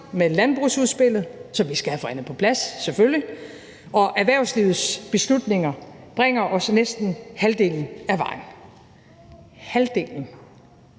med landbrugsudspillet – som vi selvfølgelig skal have forhandlet på plads – og erhvervslivets beslutninger bringer os næsten halvdelen af vejen. Vi er